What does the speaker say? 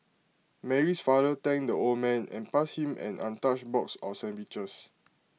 Mary's father thanked the old man and passed him an untouched box of sandwiches